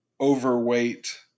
overweight